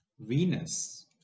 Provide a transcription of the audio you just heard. Venus